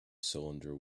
cylinder